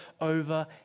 over